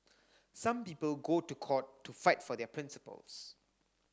some people go to court to fight for their principles